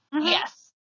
yes